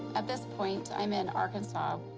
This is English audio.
at this point i'm in arkansas.